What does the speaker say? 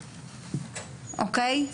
אוקי,